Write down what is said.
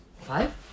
Five